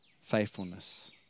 faithfulness